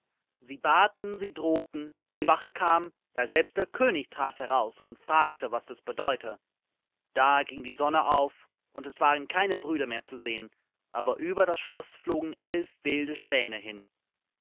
sie baten sie drohten die wache kam ja selbst der könig trat heraus und fragte was das bedeute da ging die sonne auf und es waren keine brüder mehr zu sehen aber über das schloß flogen elf wilde schwäne hin